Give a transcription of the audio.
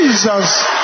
Jesus